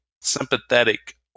sympathetic